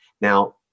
Now